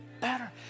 better